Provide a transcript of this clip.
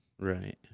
Right